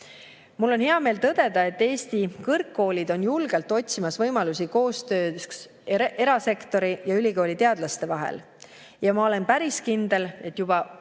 Mul on hea meel tõdeda, et Eesti kõrgkoolid on julgelt otsimas võimalusi koostööks erasektori ja ülikoolide teadlaste vahel. Ma olen päris kindel, et juba